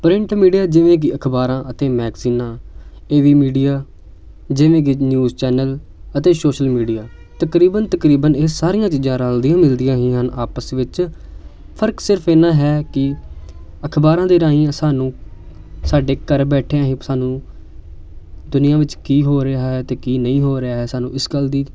print media ਜਿਵੇਂ ਕਿ ਅਖਬਾਰਾਂ ਅਤੇ ਮੈਗਜ਼ੀਨਾਂ ਟੀ ਵੀ ਮੀਡੀਆ ਜਿਵੇਂ ਕਿ ਨਿਊਜ਼ ਚੈਨਲ ਅਤੇ ਸੋਸ਼ਲ ਮੀਡੀਆ ਤਕਰੀਬਨ ਤਕਰੀਬਨ ਇਹ ਸਾਰੀਆਂ ਚੀਜ਼ਾਂ ਰਲਦੀਆਂ ਮਿਲਦੀਆਂ ਹੀ ਹਨ ਆਪਸ ਵਿੱਚ ਫਰਕ ਸਿਰਫ ਇੰਨਾ ਹੈ ਕਿ ਅਖਬਾਰਾਂ ਦੇ ਰਾਹੀਂ ਸਾਨੂੰ ਸਾਡੇ ਘਰ ਬੈਠਿਆਂ ਹੀ ਸਾਨੂੰ ਦੁਨੀਆ ਵਿੱਚ ਕੀ ਹੋ ਰਿਹਾ ਹੈ ਅਤੇ ਕੀ ਨਹੀਂ ਹੋ ਰਿਹਾ ਹੈ ਸਾਨੂੰ ਇਸ ਗੱਲ ਦੀ